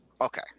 Okay